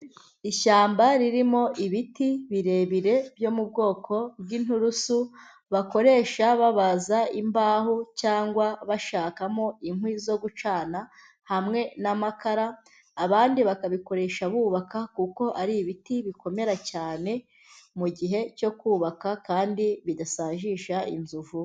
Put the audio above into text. Ishyamba ririmo ibiti birebire byo mu bwoko bw'inturusu bakoresha babaza imbaho cyangwa bashakamo inkwi zo gucana hamwe n'amakara, abandi bakabikoresha bubaka kuko ari ibiti bikomera cyane mu gihe cyo kubaka kandi bidasajisha inzu vuba.